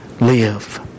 live